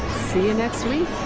see you next week.